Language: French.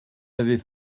avait